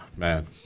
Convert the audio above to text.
Man